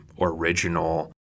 original